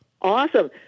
Awesome